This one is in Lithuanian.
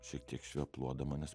šiek tiek švepluodama nes